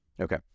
Okay